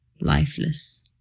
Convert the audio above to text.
lifeless